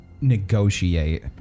negotiate